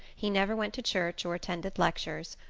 he never went to church or attended lectures,